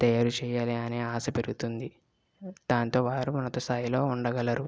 తయ్యారు చేయాలనే ఆశ పెరుగుతుంది దానితో వారు ఉన్నత స్థాయిలో ఉండగలరు